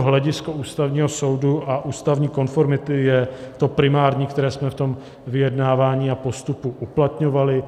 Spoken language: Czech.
Hledisko Ústavního soudu a ústavní konformity je to primární, které jsme ve vyjednávání a postupu uplatňovali.